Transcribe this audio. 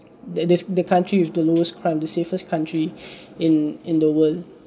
that is the country with the lowest crime the safest country in in the world